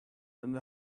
and